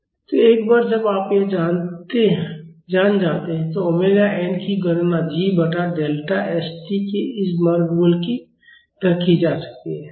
तो एक बार जब आप यह जान जाते हैं तो ओमेगा एन की गणना g बटा डेल्टा st के इस वर्गमूल की तरह की जा सकती है